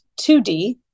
2D